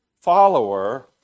follower